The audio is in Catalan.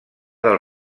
del